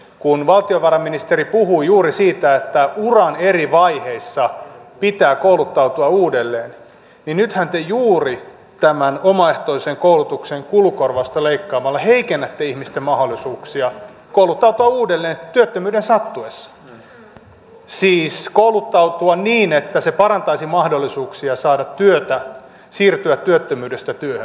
kun valtiovarainministeri puhui juuri siitä että uran eri vaiheissa pitää kouluttautua uudelleen niin nythän te juuri tämän omaehtoisen koulutuksen kulukorvausta leikkaamalla heikennätte ihmisten mahdollisuuksia kouluttautua uudelleen työttömyyden sattuessa siis kouluttautua niin että se parantaisi mahdollisuuksia saada työtä siirtyä työttömyydestä työhön